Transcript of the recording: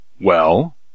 Well